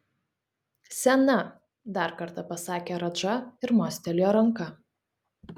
sena dar kartą pasakė radža ir mostelėjo ranka